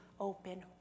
open